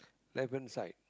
left hand side